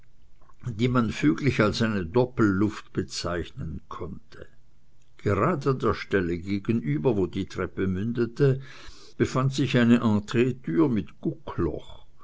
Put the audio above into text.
die man füglich als eine doppelluft bezeichnen konnte gerade der stelle gegenüber wo die treppe mündete befand sich eine entreetür mit guckloch